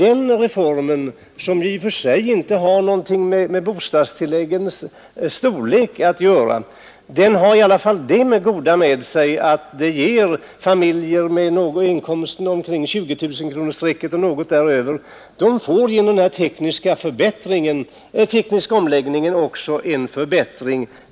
Den reformen, som i och för sig inte har någonting med bostadstilläggens storlek att göra, har i alla fall det goda med sig att den tekniska omläggningen ger familjer med inkomster på 20 000 kronor och något däröver en förbättring.